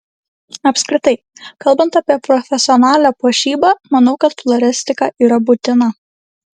apskritai kalbant apie profesionalią puošybą manau kad floristika yra būtina